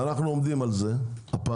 ואנחנו עומדים על זה הפעם.